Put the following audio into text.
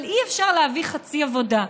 אבל אי-אפשר להביא חצי עבודה.